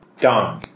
Done